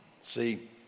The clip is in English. See